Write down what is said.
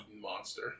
monster